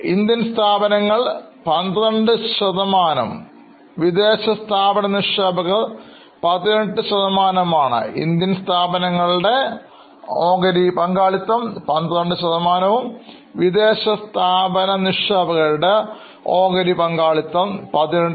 Indian സ്ഥാപനങ്ങൾ 12 ശതമാനം വിദേശ സ്ഥാപന നിക്ഷേപകർ 18 ശതമാനവും ആണ്